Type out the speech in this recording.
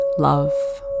love